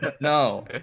no